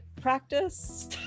practice